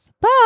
Bye